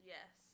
Yes